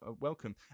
welcome